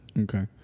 Okay